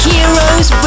Heroes